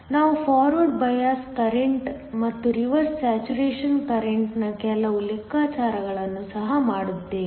ನಾವು forward bias current ಮತ್ತು reverse saturation ಕರೆಂಟ್ನನ ಕೆಲವು ಲೆಕ್ಕಾಚಾರಗಳನ್ನು ಸಹ ಮಾಡುತ್ತೇವೆ